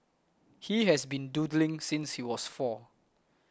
he has been doodling since he was four